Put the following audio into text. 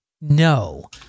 No